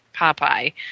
Popeye